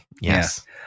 Yes